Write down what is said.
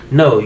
no